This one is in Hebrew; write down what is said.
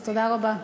אז תודה רבה.